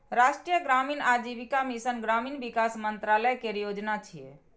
राष्ट्रीय ग्रामीण आजीविका मिशन ग्रामीण विकास मंत्रालय केर योजना छियै